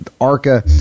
arca